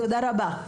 תודה רבה.